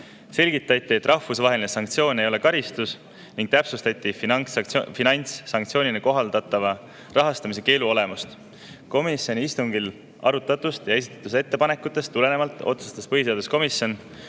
Selgitati, et rahvusvaheline sanktsioon ei ole karistus, ning täpsustati finantssanktsioonina kohaldatava rahastamise keelu olemust. Komisjoni istungil arutatust ja esitatud ettepanekutest tulenevalt otsustas põhiseaduskomisjon